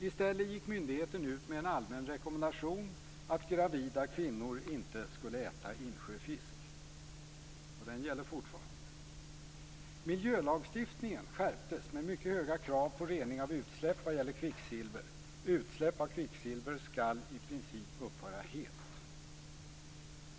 I stället gick myndigheten ut med en allmän rekommendation att gravida kvinnor inte skulle äta insjöfisk. Den gäller fortfarande. Miljölagstiftningen skärptes med mycket höga krav på rening av utsläpp vad gäller kvicksilver. Utsläpp av kvicksilver skall i princip upphöra helt.